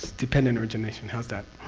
dependent origination. how's that?